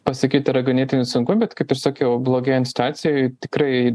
pasakyt yra ganėtinai sunku bet kaip ir sakiau blogėjant situacijai tikrai